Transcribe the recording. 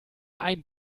ein